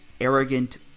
arrogant